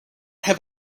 have